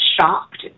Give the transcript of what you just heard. shocked